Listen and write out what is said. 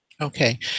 Okay